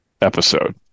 episode